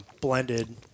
Blended